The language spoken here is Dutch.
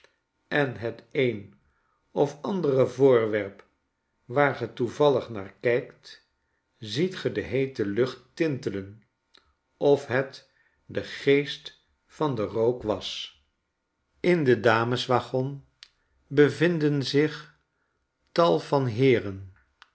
en het een of andere voorwerp waar ge toevallig naarkykt ziet ge de heete lucht tintelen of het de geest van den rook was een amerikaansche spoorweg in den dames waggon bevinden zich tal vanheeren